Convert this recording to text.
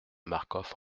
marcof